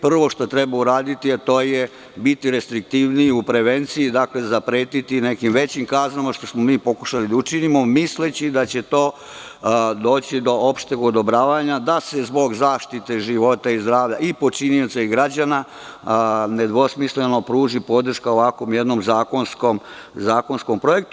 Prvo što treba uraditi, to je biti restriktivniji u prevenciji, odnosno zapretiti nekim većim kaznama, što smo mi pokušali da učinimo, misleći da će doći do opšteg odobravanja da se zbog zaštite života i zdravlja i počinioca i građana nedvosmisleno pruži podrška ovakvom jednom zakonskom projektu.